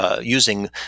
using